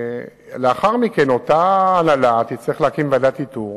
לאחר מכן, אותה הנהלה תצטרך להקים ועדת איתור